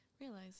realize